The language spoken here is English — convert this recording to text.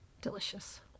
delicious